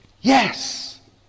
Yes